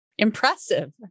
Impressive